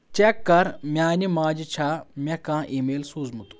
check کَر میانہِ ماجہِ چھَا مےٚ کانٛہہ ای میل سوٗزمُت